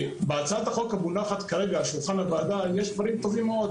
בהצעת החוק המונחת כרגע על שולחן הוועדה יש דברים טובים מאוד,